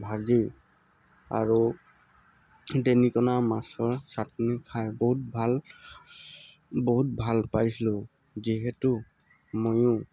ভাজি আৰু দেনিকণা মাছৰ চাটনি খাই বহুত ভাল বহুত ভাল পাইছিলো যিহেতু মইয়ো